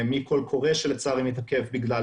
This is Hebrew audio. מקול קורא שלצערי, מתעכב בגלל